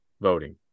voting